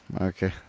Okay